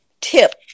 tip